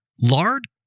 Lard